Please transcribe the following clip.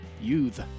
youth